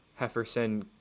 Hefferson